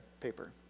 Paper